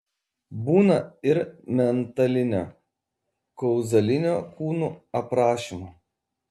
būna ir mentalinio kauzalinio kūnų aprašymų